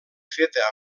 feta